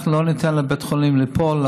אנחנו לא ניתן לבית החולים ליפול,